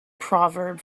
proverb